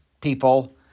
people